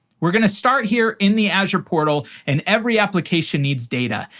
we're going to start here in the azure portal and every application needs data.